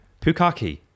Pukaki